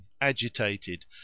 agitated